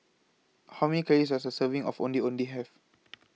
How Many Calories Does A Serving of Ondeh Ondeh Have